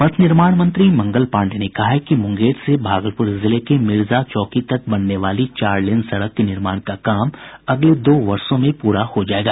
पथ निर्माण मंत्री मंगल पांडेय ने कहा है कि मुंगेर से भागलपुर जिले के मिर्जा चौकी तक बनने वाली चार लेन सड़क के निर्माण का काम अगले दो वर्षो में पूरा हो जायेगा